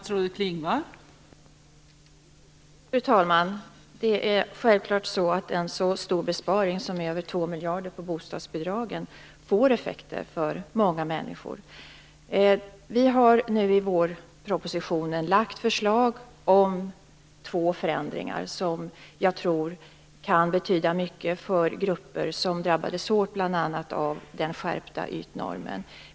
Fru talman! Självklart får en så stor besparing som på över 2 miljarder på bostadsbidragen effekter för många människor. Vi har nu i vårpropositionen lagt fram förslag om två förändringar som jag tror kan betyda mycket för grupper som drabbades hårt av bl.a. den skärpta ytnormen.